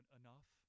enough